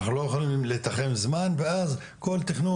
אנחנו לא יכולים לתחם זמן ואז כל תכנון